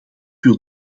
wil